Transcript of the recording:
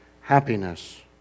happiness